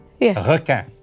Requin